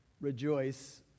rejoice